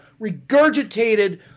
regurgitated